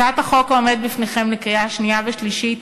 הצעת החוק העומדת בפניכם לקריאה שנייה ושלישית